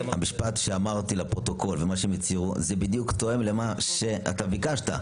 המשפט שאמרתי לפרוטוקול ומה שהם הצהירו תואם בדיוק למה שביקשת.